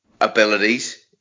abilities